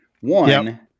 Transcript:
one